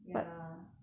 ya